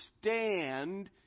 stand